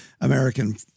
American